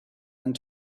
and